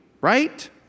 right